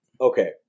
Okay